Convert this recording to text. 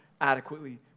adequately